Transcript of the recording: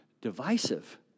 divisive